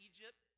Egypt